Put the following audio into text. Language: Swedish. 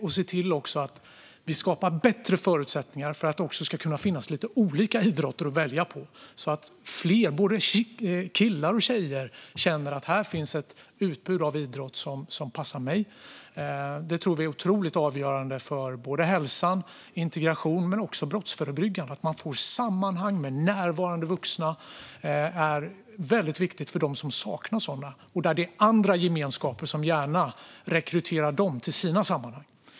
Vi vill också se till att skapa bättre förutsättningar för att det ska finnas lite olika idrotter att välja på, så att fler - både killar och tjejer - känner att det finns ett utbud av idrott som passar dem. Det tror vi är otroligt avgörande för såväl hälsan och integrationen som det brottsförebyggande arbetet. Att man får ett sammanhang med närvarande vuxna är väldigt viktigt för dem som saknar sådana - särskilt där det finns andra gemenskaper som gärna rekryterar dem till sina sammanhang.